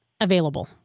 available